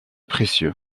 précieux